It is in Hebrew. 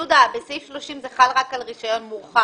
יהודה, בסעיף 30 זה חל רק על רישיון מורחב.